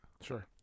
Sure